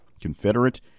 Confederate